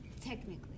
technically